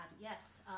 Yes